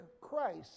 Christ